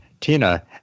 tina